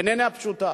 היא איננה פשוטה.